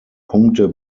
punkte